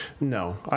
No